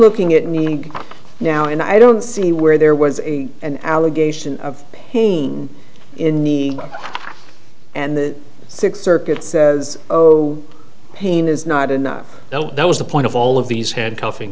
looking at me now and i don't see where there was an allegation of pain in the way and the sixth circuit says pain is not enough that was the point of all of these handcuffin